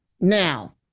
now